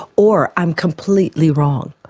or i'm completely wrong.